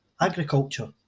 agriculture